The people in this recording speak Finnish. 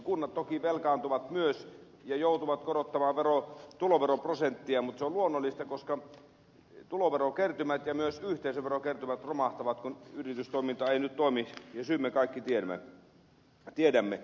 kunnat toki velkaantuvat myös ja joutuvat korottamaan tuloveroprosenttia mutta se on luonnollista koska tuloverokertymät ja myös yhteisöverokertymät romahtavat kun yritystoiminta ei nyt toimi ja syyn me kaikki tiedämme